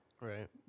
Right